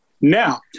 Now